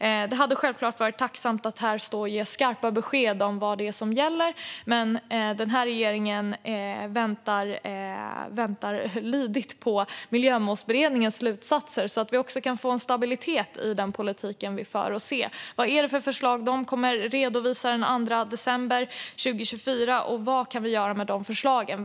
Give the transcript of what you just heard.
Det hade självklart varit tacksamt att här stå och ge skarpa besked om vad som gäller, men den här regeringen inväntar lydigt Miljömålsberedningens slutsatser så att vi också kan få en stabilitet i politiken vi för. Vi ska se vilka förslag de redovisar den 2 december 2024 och vad vi kan göra med de förslagen.